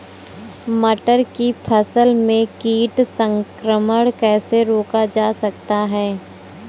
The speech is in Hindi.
मटर की फसल में कीट संक्रमण कैसे रोका जा सकता है?